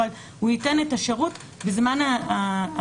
אבל הוא ייתן את השירות בזמן הדיון.